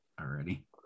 already